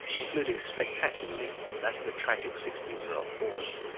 including spectacularly that of a tragic sixteen year old boy.